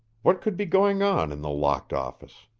what could be going on in the locked office?